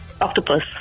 Octopus